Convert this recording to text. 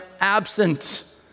absent